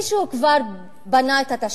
מישהו כבר בנה את התשתית,